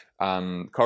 Carbon